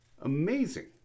Amazing